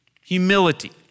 humility